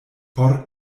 por